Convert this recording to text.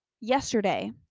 yesterday